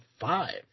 five